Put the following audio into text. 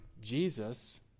Jesus